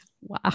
Wow